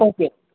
okay